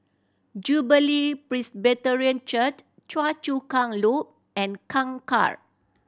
Jubilee Presbyterian Church Choa Chu Kang Loop and Kangkar